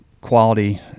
quality